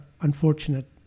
unfortunate